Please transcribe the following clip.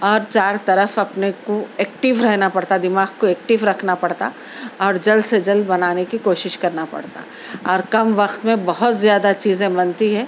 اور چار طرف اپنے کو ایکٹیو رہنا پڑتا دماغ کو ایکٹیو رکھنا پڑتا اور جلد سے جلد بنانے کی کوشش کرنا پڑتا اور کم وقت میں بہت زیادہ چیزیں بنتی ہیں